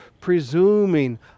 presuming